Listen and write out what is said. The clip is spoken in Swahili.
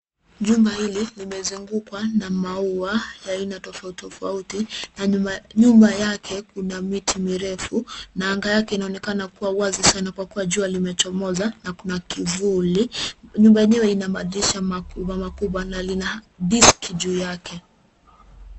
Jumba hili nimezungukwa na maua ya aina tofauti tofauti na nyuma yake kuna miti mirefu na anga yake inaonekana kuwa wazi sana kwa kuwa jua limechomoza na kuna kivuli. Nyumba yenyewe ina madirisha makubwa makubwa na lina diski juu yake.